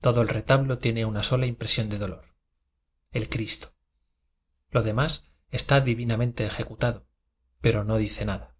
todo el retablo tiene una sola impresión de dolor el cristo lo demás está divinamente ejecutado pero no dice nada